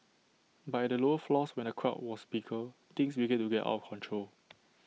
but at the lower floors where the crowds were bigger things began to get out of control